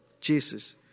Jesus